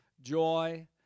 joy